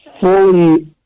fully